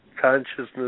Consciousness